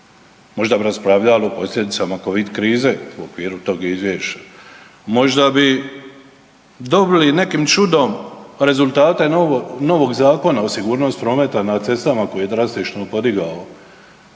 Možda bi raspravljali o posljedicama Covid krize u okviru tog izvješća. Možda bi dobili nekim čudom rezultate novog Zakona o sigurnosti prometa na cestama koji je drastično podigao